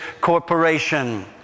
corporation